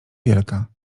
wielka